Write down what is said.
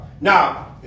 Now